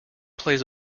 plays